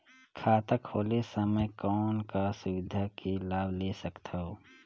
खाता खोले समय कौन का सुविधा के लाभ ले सकथव?